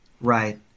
Right